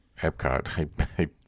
Epcot